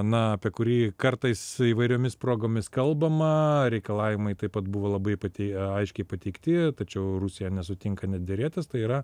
na apie kurį kartais įvairiomis progomis kalbama reikalavimai taip pat buvo labai pati aiškiai pateikti tačiau rusija nesutinka net derėtis tai yra